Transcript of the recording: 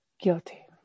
guilty